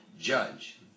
Judge